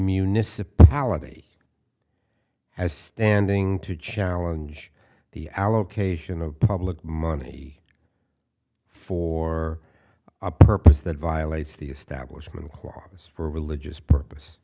municipality has standing to challenge the allocation of public money for a purpose that violates the establishment clause for religious purpose